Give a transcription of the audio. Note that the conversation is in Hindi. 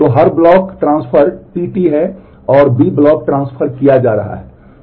तो हर ब्लॉक ट्रांसफर tT है और B ब्लॉक ट्रांसफर किया जा रहा है